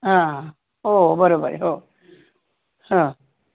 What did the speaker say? हां हो बरोबर आहे हो हां